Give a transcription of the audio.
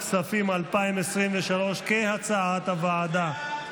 לשנת הכספים 2023, כהצעת הוועדה.